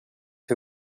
who